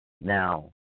Now